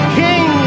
king